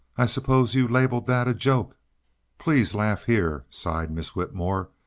i suppose you've labeled that a joke please laugh here sighed miss whitmore,